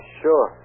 sure